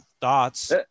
thoughts